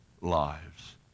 lives